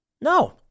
No